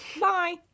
Bye